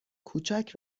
کوچک